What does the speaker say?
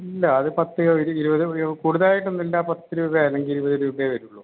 ഇല്ല അത് പത്തോ ഒരു ഇരുപത് കൂടതലായിട്ട് ഒന്നും ഇല്ല പത്ത് രൂപേ അല്ലെങ്കിൽ ഇരുവത് രൂപേ വരുള്ളൂ